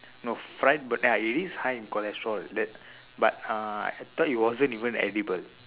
no fried bana~ ya it is high in cholesterol that but uh I thought it wasn't even edible